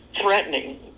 threatening